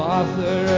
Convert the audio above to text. Author